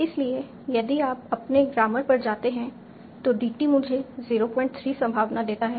इसलिए यदि आप अपने ग्रामर पर जाते हैं तो डीटी मुझे 03 संभावना देता है